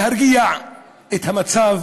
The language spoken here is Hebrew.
להרגיע את המצב,